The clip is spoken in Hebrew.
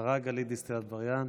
השרה גלית דיסטל אטבריאן,